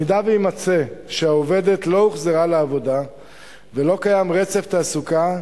אם יימצא שהעובדת לא הוחזרה לעבודה ולא קיים רצף תעסוקה,